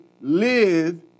live